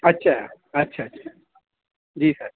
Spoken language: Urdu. اچھا اچھا اچھا جی سر